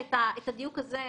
בחקירה.